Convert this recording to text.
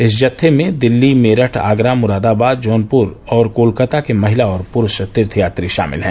इस जत्थे में दिल्ली मेरठ आगरा मुरादाबाद जौनपुर और कोलाकाता के महिला और पुरूष तीर्थयात्री शामिल है